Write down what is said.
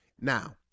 Now